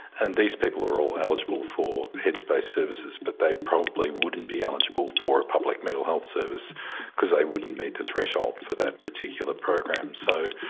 and these people are all eligible for headspace services but they probably wouldn't be eligible for a public mental health service because they wouldn't meet the threshold for that particular program. so